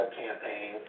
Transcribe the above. campaign